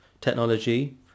technology